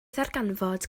ddarganfod